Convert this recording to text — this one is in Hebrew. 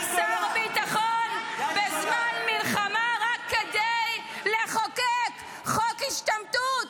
----- שר ביטחון בזמן מלחמה רק כדי לחוקק חוק השתמטות?